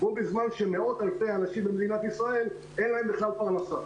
בזמן שמאות אלפי אנשים במדינת ישראל אין להם בכלל לכיס.